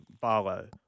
Barlow